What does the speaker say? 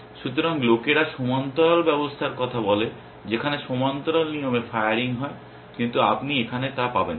সুতরাং লোকেরা সমান্তরাল ব্যবস্থার কথা বলে যেখানে সমান্তরাল নিয়মে ফায়ারিং হয় কিন্তু আপনি এখানে তা পাবেন না